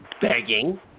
begging